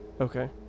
Okay